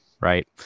right